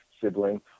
sibling